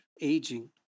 aging